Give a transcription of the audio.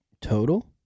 total